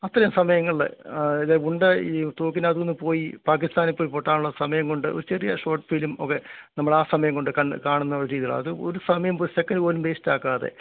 അത്രയും സമയങ്ങളിൽ ഇത് ഉണ്ട ഈ തോക്കിനകത്തിന്ന് പോയി പാക്കിസ്ഥാനീപ്പോയി പൊട്ടാനുള്ള സമയംകൊണ്ട് ഒരു ചെറിയ ഷോട്ട് ഫിലീം ഒക്കെ നമ്മളാ സമയംകൊണ്ട് കാണുന്നോരിതാണ് അത് ഒരു സമയം ഒരു സെക്കൻറ്റ് പോലും വേസ്റ്റാക്കാതെ